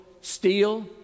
steal